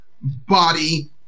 body